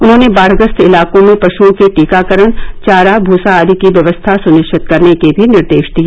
उन्होंने बाढग्रस्त इलाकों में पशुओं के टीकाकरण चारा भूसा आदि की व्यक्स्था सुनिश्चित करने के भी निर्देश दिए